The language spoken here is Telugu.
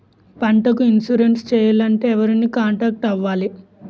పంటకు ఇన్సురెన్స్ చేయాలంటే ఎవరిని కాంటాక్ట్ అవ్వాలి?